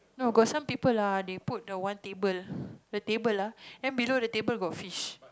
no got some people ah they put the one table the table ah then below the table got fish